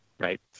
Right